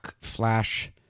flash